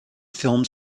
films